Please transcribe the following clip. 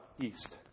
east